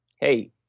Hey